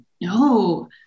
no